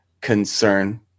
concern